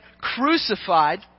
crucified